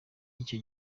icyo